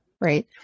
right